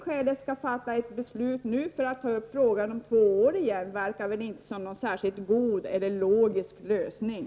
Att nu fatta ett beslut för att ta upp frågan om två år igen verkar inte vara någon särskilt god eller logisk lösning.